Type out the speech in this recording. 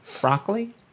Broccoli